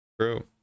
True